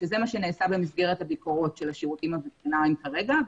שזה מה שנעשה במסגרת הביקורות של השירותים הווטרינריים כרגע,